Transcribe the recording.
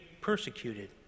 persecuted